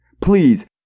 please